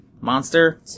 Monster